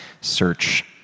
search